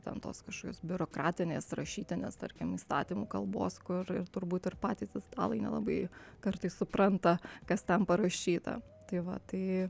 ten tos kažkokios biurokratinės rašytinės tarkim įstatymų kalbos kur ir turbūt ir patys italai nelabai kartais supranta kas ten parašyta tai va tai